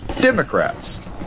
Democrats